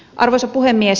arvoisa puhemies